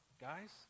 guys